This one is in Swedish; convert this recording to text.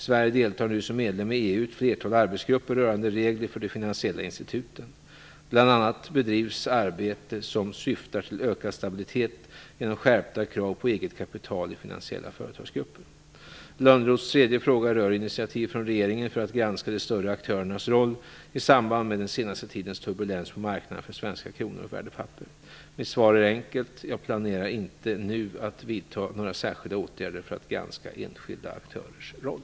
Sverige deltar nu som medlem i EU i ett flertal arbetsgrupper rörande regler för de finansiella instituten. Bl.a. bedrivs arbete som syftar till ökad stabilitet genom skärpta krav på eget kapital i finansiella företagsgrupper. Lönnroths tredje fråga rör initiativ från regeringen för att granska de större aktörernas roll i samband med den senaste tiden turbulens på marknaden för svenska kronor och värdepapper. Mitt svar är enkelt: Jag planerar inte nu att vidta några särskilda åtgärder för att granska enskilda aktörers roll.